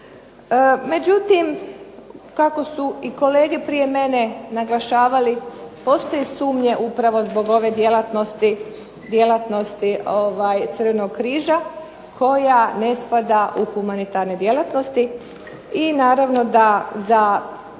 Međutim, kako su kolege prije mene naglašavali postoje sumnje upravo zbog ove djelatnosti Crvenog križa koja ne spada u humanitarne djelatnosti i naravno da za